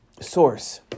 source